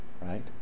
right